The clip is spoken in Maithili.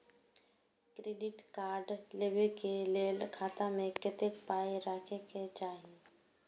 क्रेडिट कार्ड लेबै के लेल खाता मे कतेक पाय राखै के चाही?